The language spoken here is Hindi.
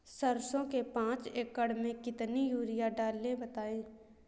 सरसो के पाँच एकड़ में कितनी यूरिया डालें बताएं?